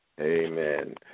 Amen